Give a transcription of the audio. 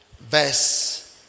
verse